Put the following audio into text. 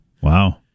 Wow